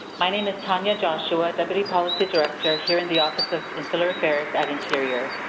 my name is tanya joshua, deputy policy director here in the office of insular affairs at interior.